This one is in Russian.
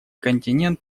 континент